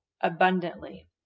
abundantly